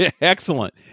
Excellent